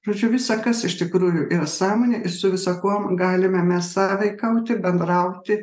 žodžiu visa kas iš tikrųjų yra sąmonė ir su visa kuom galime mes sąveikauti bendrauti